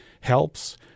helps